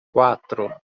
quatro